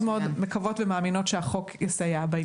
מאוד מקוות ומאמינות שהחוק יסייע בעניין הזה.